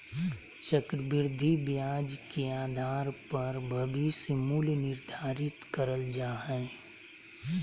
चक्रविधि ब्याज के आधार पर भविष्य मूल्य निर्धारित करल जा हय